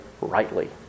rightly